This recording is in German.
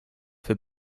für